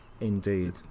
Indeed